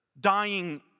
dying